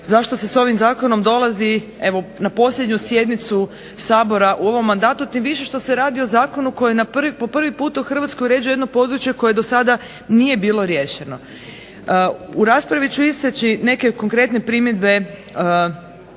zašto se s ovim zakonom dolazi evo na posljednju sjednicu Sabora u ovom mandatu, tim više što se radi o zakonu koji po prvi put u Hrvatskoj uređuje jedno područje koje do sada nije bilo riješeno. U raspravu ću istaći neke konkretne primjedbe